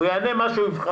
הוא יענה על מה שהוא יבחר.